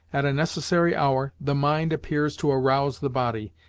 at a necessary hour, the mind appears to arouse the body,